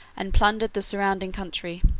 and plundered the surrounding country.